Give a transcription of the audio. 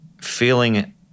feeling